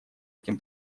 этим